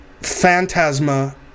phantasma